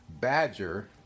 badger